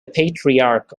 patriarch